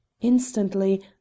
Instantly